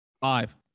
Five